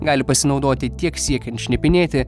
gali pasinaudoti tiek siekiant šnipinėti